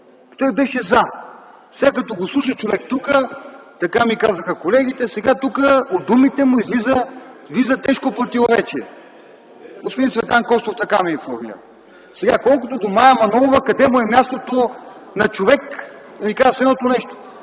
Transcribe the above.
Той беше „за”. Сега като го слуша човек тука, така ми казаха колегите, сега тука от думите му – влиза в тежко противоречие. Господин Цветан Костов така ме информира. Сега, колкото до Мая Манолова – къде му мястото на човек? Ще Ви кажа следното нещо: